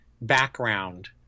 background